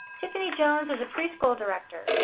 tiffany jones is a preschool director.